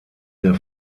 der